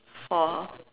for